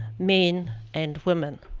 men and women.